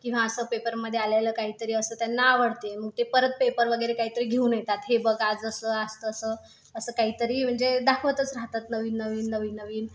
किंवा असं पेपरमध्ये आलेलं काहीतरी असं त्यांना आवडते मग ते परत पेपर वगैरे काहीतरी घेऊन येतात हे बघ आज असं आज तसं असं काहीतरी म्हणजे दाखवतच राहतात नवीननवीन नवीननवीन